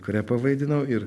krepą vaidinau ir